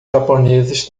japoneses